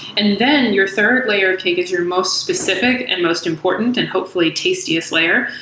and then your third layer cake is your most specific and most important and hopefully tastiest layer,